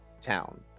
town